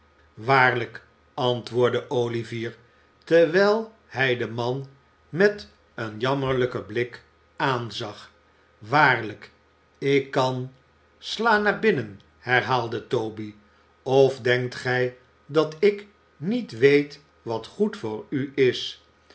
waarlijk antwoordde olivier terwijl hij den man met een jammerlijken blik aanzag waarlijk ik kan sla naar binnen herhaalde toby of denkt gij dat ik niet weet wat goed voor u is